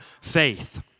faith